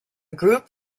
group